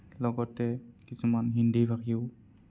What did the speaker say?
লগতে কিছুমান হিন্দী ভাষীও